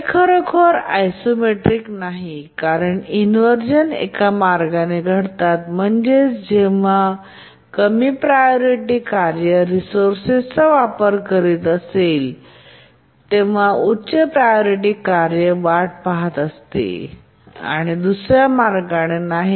हे खरोखर आइसोमेट्रिक नाही कारण इन्व्हरझन एका मार्गाने घडतात म्हणजेच जेव्हा जेव्हा कमी प्रायोरिटी कार्य रिसोर्सचा वापर करीत असेल आणि उच्च प्रायोरिटी कार्य वाट पहात असेल तर दुसर्या मार्गाने नाही